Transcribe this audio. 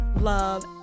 love